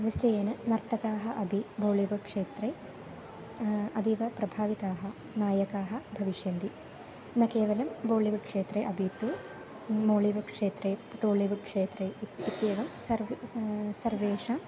निश्चयेन नर्तकाः अपि बोलिवुड् क्षेत्रे अतीव प्रभाविताः नायकाः भविष्यन्ति न केवलं बोलिवुड् क्षेत्रे अपि तु मोळिवुड् क्षेत्रे टोलिवुड् क्षेत्रे इति इत्येवं सर्वे सर्वेषां